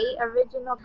original